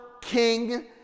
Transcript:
king